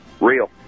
Real